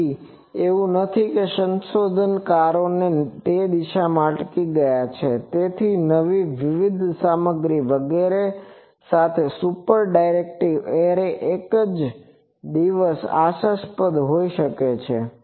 તેથી એવું નથી કે સંશોધનકારો તે દિશામાં અટકી ગયા તેથી નવી વિવિધ સામગ્રી વગેરે સાથે સુપર ડાયરેક્ટિવ એરે એક દિવસ આશાસ્પદ હોઈ શકે છે